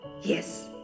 yes